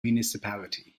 municipality